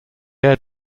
air